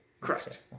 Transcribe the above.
Correct